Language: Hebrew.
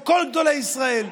או כל גדולי ישראל,